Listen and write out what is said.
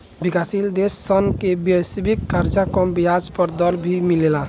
विकाशसील देश सन के वैश्विक कर्जा कम ब्याज दर पर भी मिलेला